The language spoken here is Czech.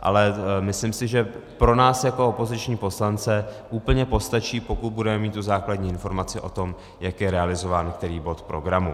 Ale myslím si, že pro nás jako pro opoziční poslance úplně postačí, pokud budeme mít tu základní informaci o tom, jak je realizován který bod v programu.